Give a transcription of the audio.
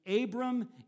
Abram